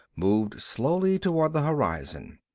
moved slowly toward the horizon.